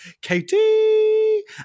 Katie